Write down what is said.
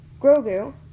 Grogu